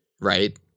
right